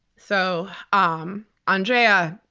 so um andrea,